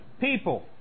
people